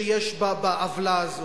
שיש בעוולה הזאת.